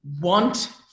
want